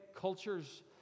cultures